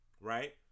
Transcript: right